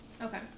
Okay